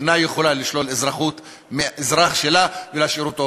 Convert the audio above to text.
אינה יכולה לשלול אזרחות מאזרח שלה ולהשאיר אותו